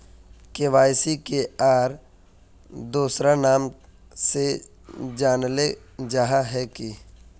KYC के आर दोसरा नाम से जानले जाहा है की?